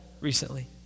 recently